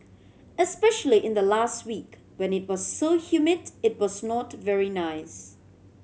especially in the last week when it was so humid it was not very nice